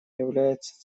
является